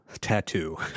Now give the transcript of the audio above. tattoo